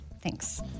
Thanks